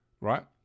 right